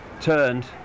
turned